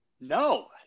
No